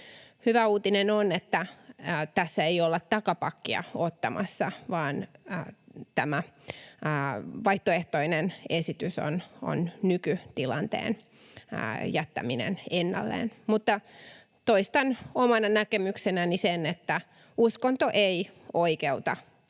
Hyvä uutinen on, että tässä ei olla takapakkia ottamassa, vaan tämä vaihtoehtoinen esitys on nykytilanteen jättäminen ennalleen. Mutta toistan omana näkemyksenäni sen, että uskonto ei oikeuta